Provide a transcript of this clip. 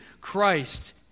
Christ